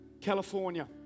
California